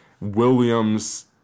William's